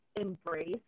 embrace